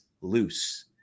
loose